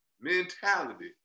mentality